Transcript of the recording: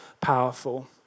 powerful